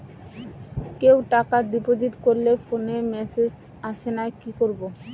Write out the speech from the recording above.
কেউ টাকা ডিপোজিট করলে ফোনে মেসেজ আসেনা কি করবো?